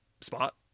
spot